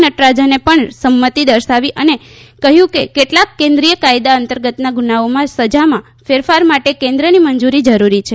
નટરાજને પણ સંમતિ દર્શાવી અને કહ્યું કે કેટલાંક કેન્દ્રીય કાયદા અંતર્ગતના ગુનાઓમાં સજામાં ફેરફાર માટે કેન્દ્રની મંજૂરી જરૂરી છે